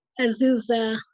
Azusa